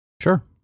Sure